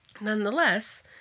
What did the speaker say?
nonetheless